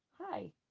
Hi